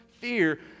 fear